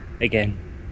again